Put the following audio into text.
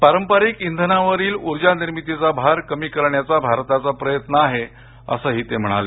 पारंपरिक इंधनावरील ऊर्जा निर्मितीचा भार कमी करण्याचा भारताचा प्रयत्न आहे असंही ते म्हणाले